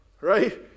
right